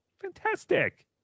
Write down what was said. Fantastic